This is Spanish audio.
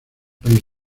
país